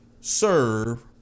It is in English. serve